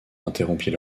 interrompit